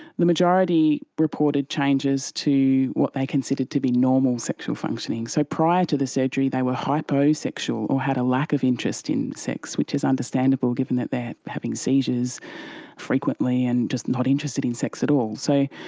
the majority reported changes to what they considered to be normal sexual functioning. so, prior to the surgery they were hyposexual or had a lack of interest in sex, which is understandable given that they are having seizures frequently and just not interested in sex at all. so,